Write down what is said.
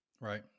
right